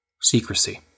secrecy